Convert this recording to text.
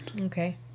Okay